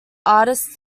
artists